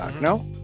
no